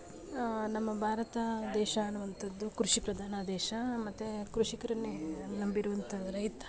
ನಮ್ಮ ಭಾರತ ದೇಶ ಅನ್ನುವಂಥದ್ದು ಕೃಷಿ ಪ್ರಧಾನ ದೇಶ ಮತ್ತೆ ಕೃಷಿಕರನ್ನೇ ನಂಬಿರುವಂಥ ರೈತ